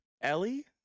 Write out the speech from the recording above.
Ellie